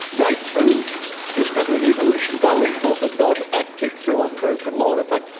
right through discovering evolution, darwin thought that god acted through unbroken law. and in fact,